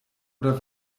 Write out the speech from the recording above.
oder